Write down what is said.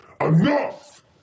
Enough